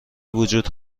وجود